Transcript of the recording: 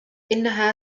إنها